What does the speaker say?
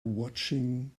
watching